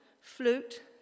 flute